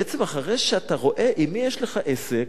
בעצם אחרי שאתה רואה עם מי יש לך עסק,